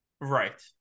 Right